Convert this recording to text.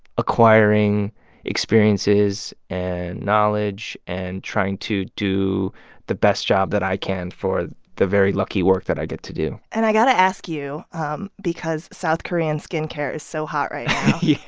acquiring experiences and knowledge and trying to do the best job that i can for the very lucky work that i get to do and i got to ask you um because south korean skin care is so hot right yeah